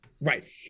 Right